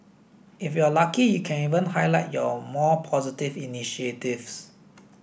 if you are lucky you can even highlight your more positive initiatives